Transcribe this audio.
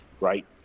right